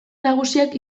nagusiak